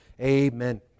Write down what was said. Amen